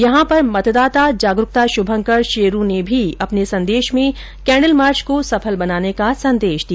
यहां पर मतदाता जागरूकता शुभंकर शेरू ने भी अपने संदेश में कैंडल मार्च को सफल बनाने का संदेश दिया